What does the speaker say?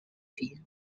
been